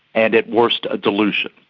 and at worst a delusion.